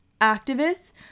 activists